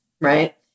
right